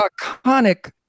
iconic